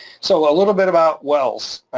so a little bit about wells,